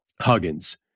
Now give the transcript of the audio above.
Huggins